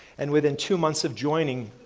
and within two months of joining,